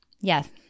Yes